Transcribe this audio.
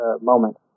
moment